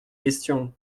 questions